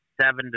seven